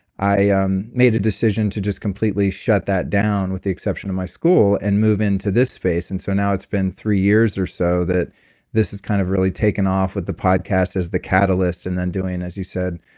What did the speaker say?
i ah um made a decision to just shut that down with the exception of my school and move into this space, and so now it's been three years or so that this has kind of really taken off with the podcast as the catalyst and then doing, as you said,